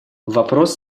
вопрос